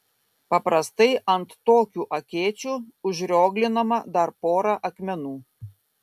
paprastai ant tokių akėčių užrioglinama dar pora akmenų